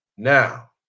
Now